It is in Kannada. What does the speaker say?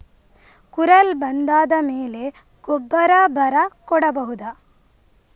ಕುರಲ್ ಬಂದಾದ ಮೇಲೆ ಗೊಬ್ಬರ ಬರ ಕೊಡಬಹುದ?